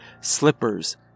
slippers